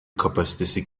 kapasitesi